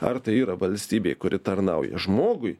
ar tai yra valstybė kuri tarnauja žmogui